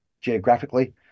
geographically